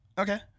Okay